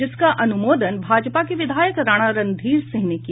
जिसका अनुमोदन भाजपा के विधायक राणा रणधीर सिंह ने किया